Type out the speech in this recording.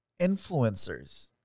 influencers –